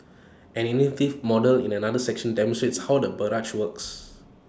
an innovative model in another section demonstrates how the barrage works